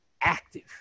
active